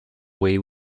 way